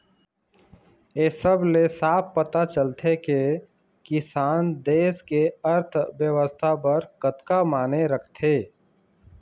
ए सब ले साफ पता चलथे के किसान देस के अर्थबेवस्था बर कतका माने राखथे